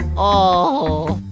o